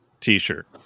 t-shirt